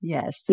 Yes